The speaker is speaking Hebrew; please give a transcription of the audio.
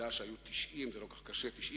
פרץ ידידי היושב-ראש בשיר בשפה הערבית,